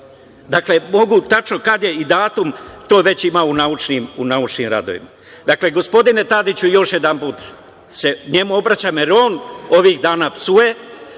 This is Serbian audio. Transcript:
Dakle, mogu tačno kada je i datum, to već ima u naučnim radovima. Dakle, gospodine Tadiću, još jedanput se njemu obraćam, jer je on ovih dana psuje,